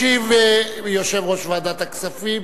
ישיב יושב-ראש ועדת הכספים,